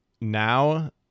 Now